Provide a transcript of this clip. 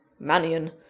mannion!